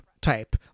type